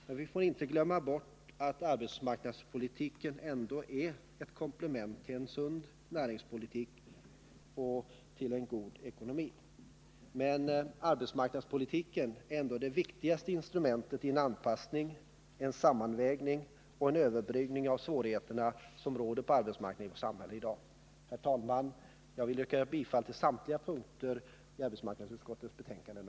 Men vi får inte glömma bort att arbetsmarknadspolitiken ändå är ett komplement till en sund näringspolitik och till en god ekonomi. Arbetsmarknadspolitiken är dock det viktigaste instrumentet i en anpassning, en sammanvägning och en överbryggning av de svårigheter som i dag råder på arbetsmarknaden i vårt samhälle. Herr talman! Jag vill yrka bifall till samtliga punkter i utskottets hemställan.